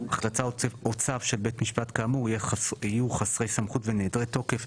החלטה או צו של בית משפט כאמור יהיו חסרי סמכות ונעדרי תוקף.